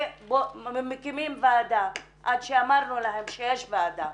מקימים ועדה, עד שאמרנו להם שיש ועדה.